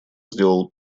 сделал